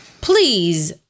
Please